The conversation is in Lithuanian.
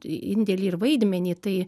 indėlį ir vaidmenį tai